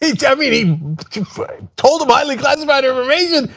i mean he told them highly classified information,